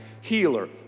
healer